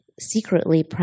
secretly